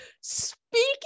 speaking